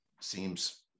seems